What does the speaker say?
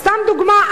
סתם דוגמה,